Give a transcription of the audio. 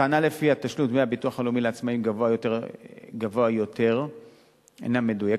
1. הטענה שתשלום דמי הביטוח הלאומי לעצמאים גבוה יותר אינה מדויקת,